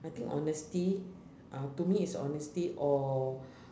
I think honesty uh to me is honesty or